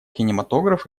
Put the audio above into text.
кинематограф